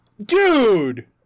Dude